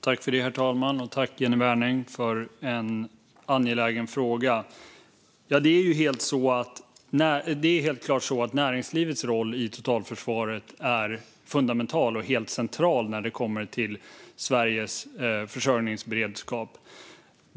Herr talman! Tack, Jennie Wernäng, för en angelägen fråga! Det är helt klart så att näringslivets roll i totalförsvaret är fundamental och helt central när det kommer till Sveriges försörjningsberedskap.